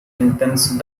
intense